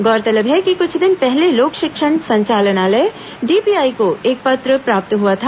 गौरतलब है कि कुछ दिन पहले लोक शिक्षण संचालनालय डीपीआई को एक पत्र प्राप्त हुआ था